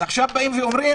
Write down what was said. עכשיו באים ואומרים: